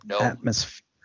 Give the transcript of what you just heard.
atmosphere